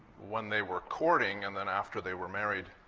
when they were courting and then after they were married,